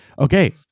okay